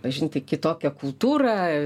pažinti kitokią kultūrą